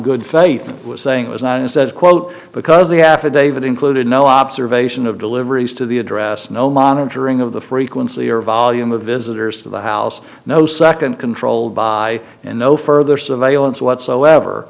good faith was saying it was not he said quote because the half a day that included no observation of deliveries to the address no monitoring of the frequency or volume of visitors to the house no second controlled by and no further surveillance whatsoever